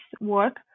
work